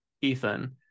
ethan